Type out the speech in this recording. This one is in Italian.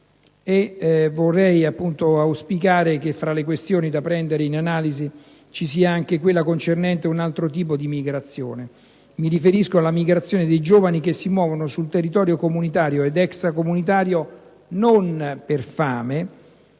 del nostro Stato. Auspico che fra le questioni da prendere in analisi ci sia anche quella concernente un altro tipo di migrazione. Mi riferisco alla migrazione dei giovani che si muovono sul territorio comunitario ed extracomunitario non per fame